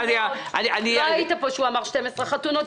זה מסעדות ואולמות.